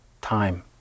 time